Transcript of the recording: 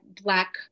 black